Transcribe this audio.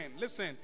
listen